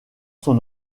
son